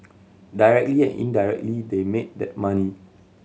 directly and indirectly they made that money